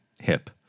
hip